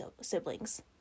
siblings